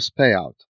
payout